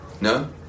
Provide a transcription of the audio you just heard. no